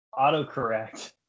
autocorrect